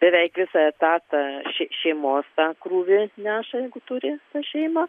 beveik visą etatą šeimos tą krūvį neša jeigu turi tą šeimą